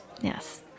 Yes